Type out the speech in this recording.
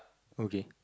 okay